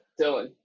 Dylan